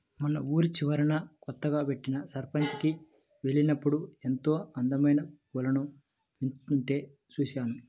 మొన్న ఊరి చివరన కొత్తగా బెట్టిన నర్సరీకి వెళ్ళినప్పుడు ఎంతో అందమైన పూలను పెంచుతుంటే చూశాను